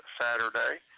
Saturday